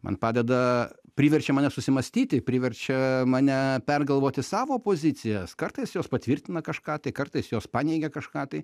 man padeda priverčia mane susimąstyti priverčia mane pergalvoti savo pozicijas kartais jos patvirtina kažką tai kartais jos paneigia kažką tai